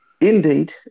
Indeed